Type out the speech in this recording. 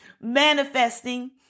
Manifesting